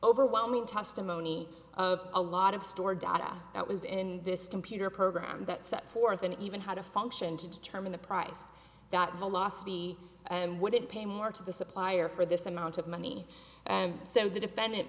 overwhelming testimony of a lot of stored data that was in this computer program that set forth an even how to function to determine the price that velocity and would it pay more to the supplier for this amount of money and so the defendant